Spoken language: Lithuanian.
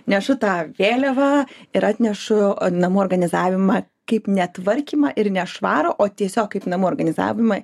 nešu tą vėliavą ir atnešu namų organizavimą kaip ne tvarkymą ir ne švarą o tiesiog kaip namų organizavimą